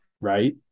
Right